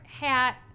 hat